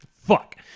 Fuck